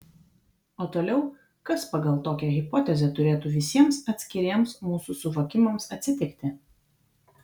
o toliau kas pagal tokią hipotezę turėtų visiems atskiriems mūsų suvokimams atsitikti